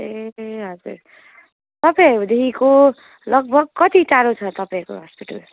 ए हजुर तपाईँहरूदेखिको लगभग कति टाढो छ तपाईँहरूको हस्पिटल